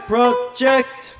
Project